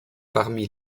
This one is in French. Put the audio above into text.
parmi